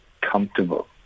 comfortable